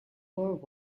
world